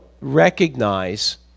recognize